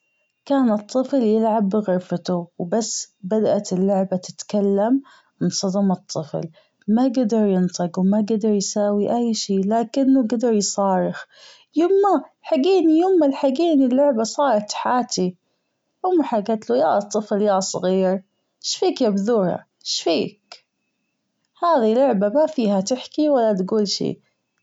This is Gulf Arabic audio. كان الطفل يلعب بغرفته بدأت اللعبة تتكلم أنصدم الطفل ما جدر ينطج وماجدر يساوي أي شي لكنه جدر يصارخ يامه ألحجيني يامه ألحجيني اللعبة صارت تحاجي امه حكتله ياطفل ياصغير ايش فيك يا بذوره ايش فيك هذي لعبة مافيها تحكي ولا تجول شي.